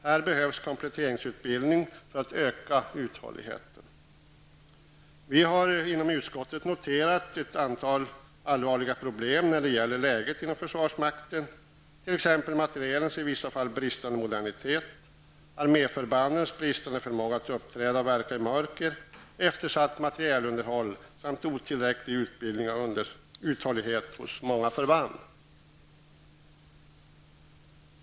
Här behövs kompletteringsutbildning för att öka uthålligheten. Vi har inom utskottet noterat ett antal allvarliga problem när det gäller läget inom försvarsmakten, t.ex. materielens i vissa fall bristande modernitet, armeförbandens bristande förmåga att uppträda och verka i mörker, eftersatt materielunderhåll samt otillräcklig utbildning och uthållighet hos många förband.